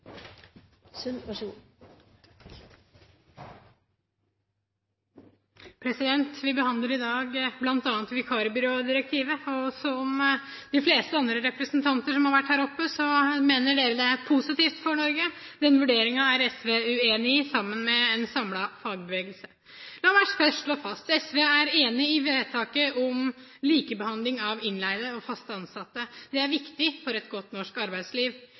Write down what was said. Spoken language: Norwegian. Vi behandler i dag bl.a. vikarbyrådirektivet. Som de fleste andre representanter som har vært her oppe, mener man det er positivt for Norge. Den vurderingen er SV uenig i, sammen med en samlet fagbevegelse. La meg først slå fast: SV er enig i vedtaket om likebehandling av innleide og fast ansatte. Det er viktig for et godt norsk arbeidsliv.